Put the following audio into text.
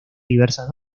diversas